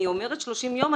אני אומרת 30 יום,